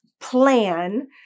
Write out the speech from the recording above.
plan